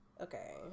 okay